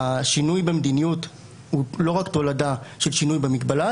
השינוי במדיניות הוא לא רק תולדה של שינוי במגבלה,